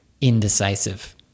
indecisive